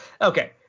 Okay